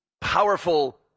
powerful